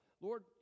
Lord